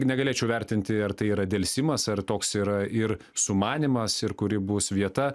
negalėčiau vertinti ar tai yra delsimas ar toks yra ir sumanymas ir kuri bus vieta